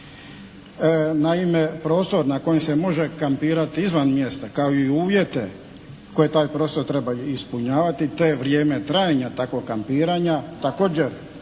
Naime prostor na kojem se može kampirati izvan mjesta, kao i uvjete koje taj prostor treba ispunjavati, to je vrijeme trajanja takvog kampiranja, također